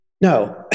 no